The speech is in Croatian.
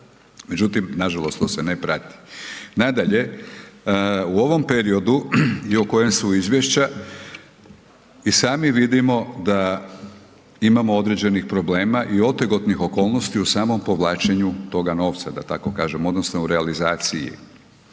međutim nažalost to se ne prati. Nadalje, u ovom periodu i o kojem su izvješća, i sami vidimo da imamo određenih problema i otegnutih okolnosti u samom povlačenju toga novca da tako kažemo odnosno u realizaciji.